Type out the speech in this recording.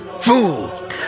Fool